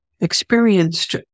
experienced